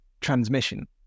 transmission